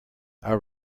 our